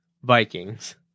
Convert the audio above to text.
Vikings